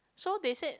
so they said